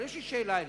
יש לי שאלה אליך.